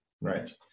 Right